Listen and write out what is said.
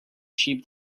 sheep